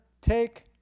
take